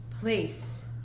place